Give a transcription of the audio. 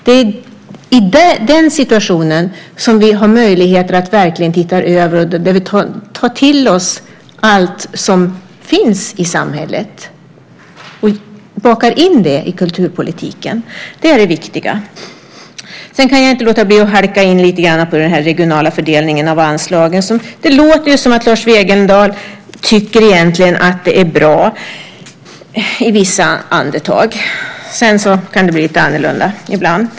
Det är i den situationen som vi har möjligheter att verkligen titta över detta, där vi tar till oss allt som finns i samhället och bakar in det i kulturpolitiken. Det är det viktiga. Jag kan inte låta bli att halka in lite grann på frågan om den regionala fördelningen av anslagen. Det låter i vissa andetag som att Lars Wegendal egentligen tycker att det är bra, och sedan kan det bli lite annorlunda ibland.